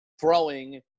throwing